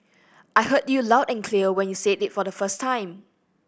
I heard you loud and clear when you said it the first time